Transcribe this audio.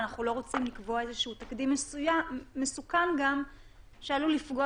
ואנחנו לא רוצים לקבוע איזשהו תקדים מסוכן גם שעלול לפגוע